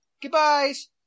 Goodbyes